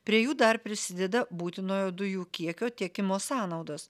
prie jų dar prisideda būtinojo dujų kiekio tiekimo sąnaudos